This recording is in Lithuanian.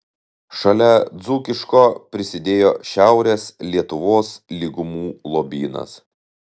šalia dzūkiško prisidėjo šiaurės lietuvos lygumų lobynas